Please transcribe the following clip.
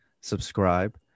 subscribe